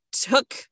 took